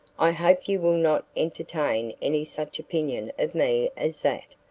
i hope you will not entertain any such opinion of me as that.